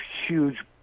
huge